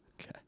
Okay